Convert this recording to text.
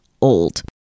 old